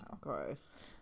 Gross